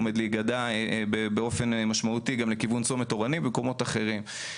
עומד להיגדע באופן משמעותי גם לכיוון צומת אורנים במקומות אחרים.